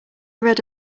read